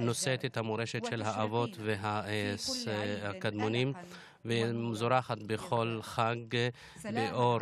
נושאת את מורשת האבות הקדמונים וזורחת בכל חג באור.